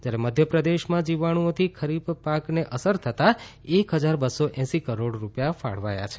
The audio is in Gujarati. જયારે મધ્યપ્રદેશમાં જીવાણુંઓથી ખરીફ પાકને અસર થતાં એક હજાર બસ્સો એસી કરોડ રુપિયા ફાળવાયા છે